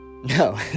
No